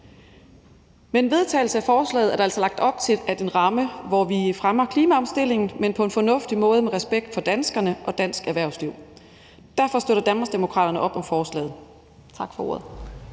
Med en vedtagelse af forslaget er der altså lagt op til en ramme, hvor vi fremmer klimaomstillingen, men på en fornuftig måde med respekt for danskerne og dansk erhvervsliv. Derfor støtter Danmarksdemokraterne op om forslaget. Tak for ordet.